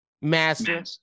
master